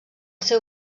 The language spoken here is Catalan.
seu